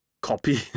copy